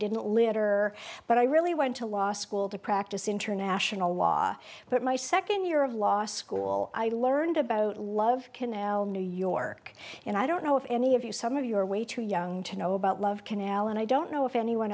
didn't litter but i really went to law school to practice international law but my second year of law school i learned about love canal new york and i don't know if any of you some of your way too young to know about love canal and i don't know if anyone